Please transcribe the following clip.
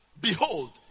Behold